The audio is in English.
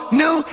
new